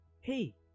hey